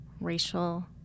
racial